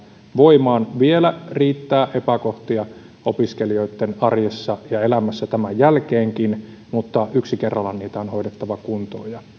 voimaan vielä riittää epäkohtia opiskelijoitten arjessa ja elämässä tämän jälkeenkin mutta yksi kerrallaan niitä on hoidettava kuntoon ja